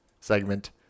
segment